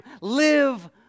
Live